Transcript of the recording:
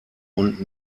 und